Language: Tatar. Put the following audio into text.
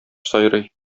сайрый